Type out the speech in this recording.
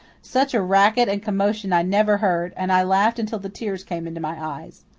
such a racket and commotion i never heard, and i laughed until the tears came into my eyes.